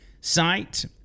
site